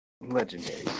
Legendary